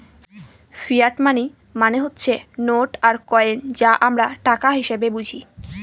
fiat money মানে হচ্ছে note আর কয়েন যা আমরা টাকা হিসেবে বুঝি